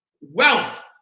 wealth